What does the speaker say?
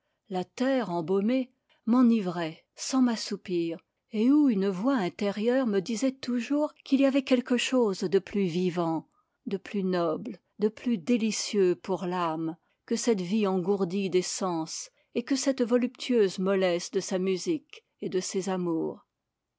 la terre embaumée m'enivraient sans m'assoupir et où une voix intérieure me disait toujours qu'il y avait quelque chose de plus vivant de plus noble de plus délicieux pour l'ame que cette vie engourdie des sens et que cette voluptueuse mollesse de sa musique et de ses amours